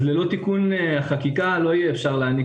אז ללא תיקון החקיקה לא יהיה אפשר להעניק